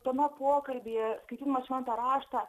tame pokalbyje skaitydama šventą raštą